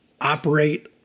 operate